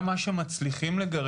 גם את מי שמצליחים לגרש,